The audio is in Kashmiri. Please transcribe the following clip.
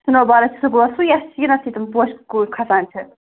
سُنو بال سُہ گوٚوا سُہ یَتھ شیٖنَس ہِوۍ تِم پوشہِ کُلۍ کھَسان چھِ